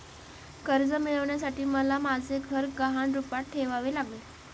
कर्ज मिळवण्यासाठी मला माझे घर गहाण रूपात ठेवावे लागले